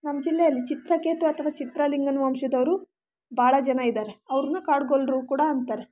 ನಮ್ಮ ಜಿಲ್ಲೆಯಲ್ಲಿ ಚಿತ್ರಕೇತು ಅಥವಾ ಚಿತ್ರಲಿಂಗನ ವಂಶದವರು ಭಾಳ ಜನ ಇದ್ದಾರೆ ಅವ್ರನ್ನ ಕಾಡು ಗೊಲ್ಲರು ಕೂಡ ಅಂತಾರೆ